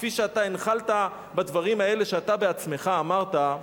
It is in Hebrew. כפי שאתה הנחלת בדברים האלה שאתה בעצמך אמרת,